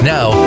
Now